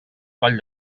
coll